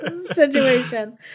situation